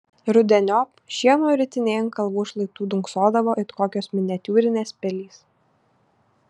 rudeniop šieno ritiniai ant kalvų šlaitų dunksodavo it kokios miniatiūrinės pilys